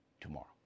tomorrow